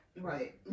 Right